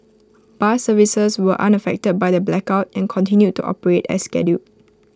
bus services were unaffected by the blackout and continued to operate as scheduled